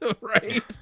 Right